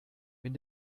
wenn